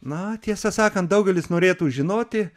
na tiesą sakant daugelis norėtų žinoti